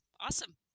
Awesome